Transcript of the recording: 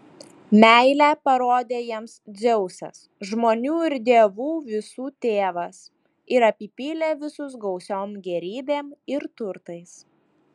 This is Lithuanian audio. meilę parodė jiems dzeusas žmonių ir dievų visų tėvas ir apipylė visus gausiom gėrybėm ir turtais